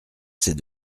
c’est